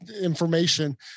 information